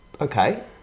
Okay